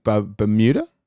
Bermuda